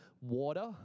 water